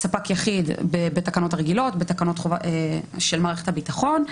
ספק יחיד בתקנות רגילות, בתקנות של מערכת הביטחון.